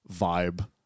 vibe